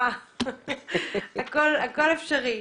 הכול אפשרי.